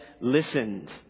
listened